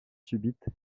subite